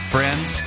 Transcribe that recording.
Friends